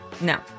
No